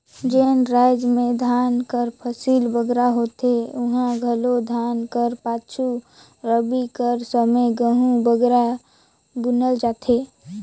जेन राएज में धान कर फसिल बगरा होथे उहां घलो धान कर पाछू रबी कर समे गहूँ बगरा बुनल जाथे